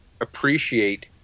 appreciate